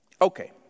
Okay